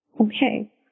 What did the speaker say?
Okay